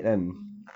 mmhmm